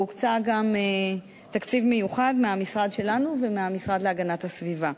והוקצה גם תקציב מיוחד מהמשרד שלנו ומהמשרד להגנת הסביבה.